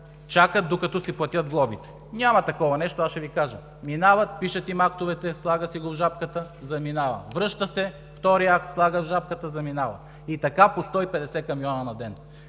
чакат, докато си платят глобите? Няма такова нещо. Ще Ви кажа – минава, пишат му акта, слага си го в жабката, заминава; връща се – втори акт, слага в жабката, заминава. И така – по 150 камиона на ден.